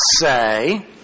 say